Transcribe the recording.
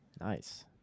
Nice